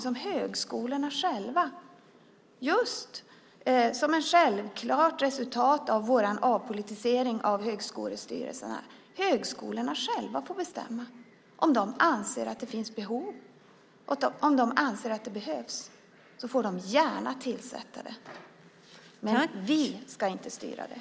Som ett självklart resultat av vår avpolitisering av högskolestyrelserna är det någonting som högskolorna själva får bestämma. Om de anser att det finns behov får de gärna tillsätta en professor. Men vi ska inte styra det.